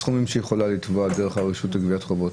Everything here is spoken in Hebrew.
בסכומים שהיא יכולה לתבוע דרך הרשות לגביית חובות.